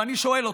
ואני שואל אותך: